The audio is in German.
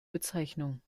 bezeichnung